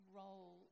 role